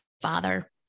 father